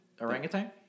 Orangutan